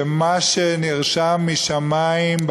שמה שנרשם משמים,